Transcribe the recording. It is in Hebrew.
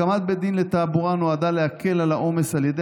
הקמת בית דין לתעבורה נועדה להקל את העומס על ידי